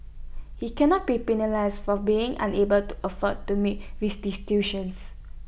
he cannot be penalised for being unable to afford to make restitution